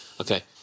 Okay